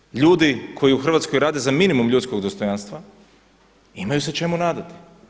Dajte da ljudi koji u Hrvatskoj rade za minimum ljudskog dostojanstva imaju se čemu nadati.